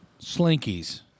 slinkies